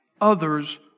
others